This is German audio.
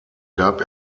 gab